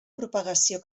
propagació